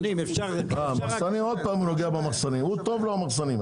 טוב לו המחסנים.